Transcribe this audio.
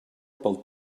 pel